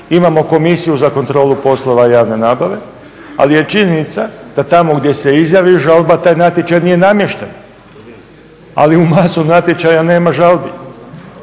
imamo Komisiju za kontrolu poslova javne nabave ali je činjenica da tamo gdje se izjavi žalba taj natječaj nije namješten, ali u masu natječaja nema žalbi.